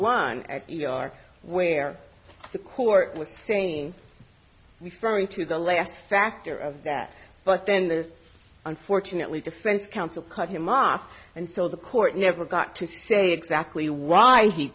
one e r where the court was saying before you to the last factor of that but then this unfortunately defense counsel cut him off and so the court never got to say exactly why he